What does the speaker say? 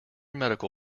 medical